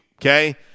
okay